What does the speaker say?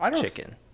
chicken